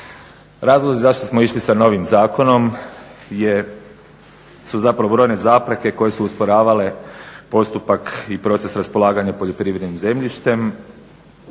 Razlozi zašto smo išli sa novim zakonom su zapravo brojne zapreke koje su usporavale postupak i proces raspolaganja poljoprivrednim zemljištem